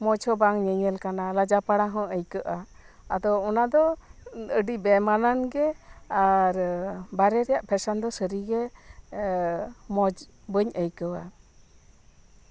ᱢᱚᱸᱡᱽ ᱦᱮᱸ ᱵᱟᱝ ᱧᱮᱧᱮᱞ ᱠᱟᱱᱟ ᱞᱟᱡᱟᱣ ᱯᱟᱲᱟ ᱦᱚᱸ ᱟᱹᱭᱠᱟᱹᱜᱼᱟ ᱟᱫᱚ ᱚᱱᱟᱜᱮ ᱟᱹᱰᱤ ᱵᱟᱢᱟᱱᱟᱱ ᱜᱮ ᱟᱨ ᱵᱟᱨᱦᱮ ᱨᱮᱱᱟᱜ ᱯᱷᱮᱥᱚᱱ ᱫᱚ ᱥᱟᱹᱨᱤ ᱜᱮ ᱢᱚᱸᱡᱽ ᱵᱟᱹᱧ ᱟᱹᱭᱠᱟᱹᱣᱟ